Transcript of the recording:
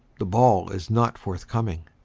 the ball is not forthcoming.